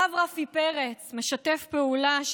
יושב-ראש הישיבה, חבריי חברי